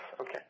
Okay